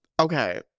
okay